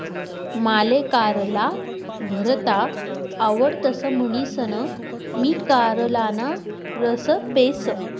माले कारला भरता आवडतस म्हणीसन मी कारलाना रस पेस